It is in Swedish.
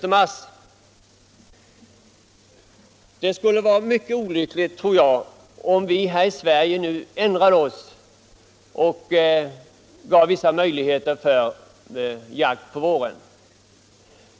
Jag tror att det skulle vara mycket olyckligt om vi nu här i Sverige ändrade oss och gav vissa möjligheter till jakt på våren.